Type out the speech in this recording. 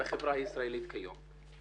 בחברה הישראלית כיום.